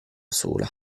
sola